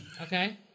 Okay